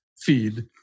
feed